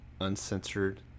uncensored